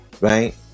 right